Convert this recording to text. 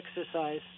exercise